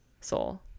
soul